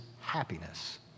happiness